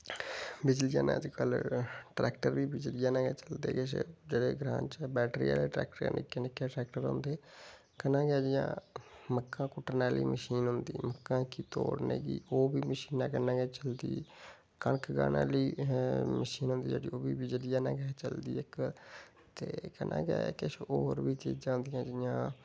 बिजलियै नै ट्रैक्टर बी बिजलियै नै गै चलदे किश जेह्ड़े ग्रांऽ च बैटरी आह्ले ट्रैक्टर निक्के निक्के ट्रैक्टर होंदे कन्नै जियां गै मक्कां कुट्टने आह्ली मशीन होंदा मक्कां तोड़ने गी ओह् बी मशीनै कन्नै गै चलदी कनक गाहने आह्ली मशीन होंदी जेह्ड़ी ओह् बी बिजलियै नै गै चलदी इक ते कन्नै गै किश होर बी चीजां होंदियां जियां